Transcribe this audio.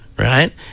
Right